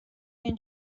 این